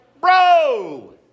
bro